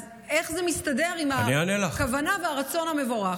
אז איך זה מסתדר עם הכוונה והרצון המבורך?